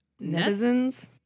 netizens